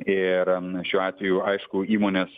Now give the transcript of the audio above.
ir šiuo atveju aišku įmonės